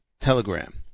telegram